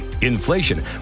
inflation